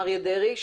אריה דרעי,